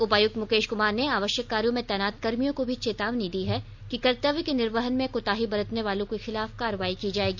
उपायुक्त मुकेश कमार ने आवश्यक कार्यों में तैनात कर्मियों को भी चेतावनी दी है कि कर्तव्य के निर्वहन में कोताही बरतने वालों के खिलाफ कार्रवाई की जाएगी